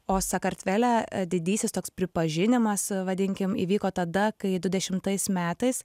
o sakartvele didysis toks pripažinimas vadinkim įvyko tada kai du dešimtais metais